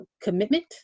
commitment